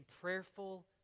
prayerful